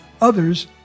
others